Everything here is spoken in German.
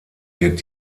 wird